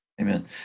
Amen